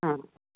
हां